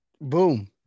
Boom